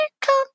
Come